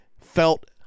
felt